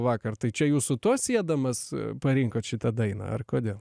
vakar tai čia jūs su tuo siedamas parinkot šitą dainą ar kodėl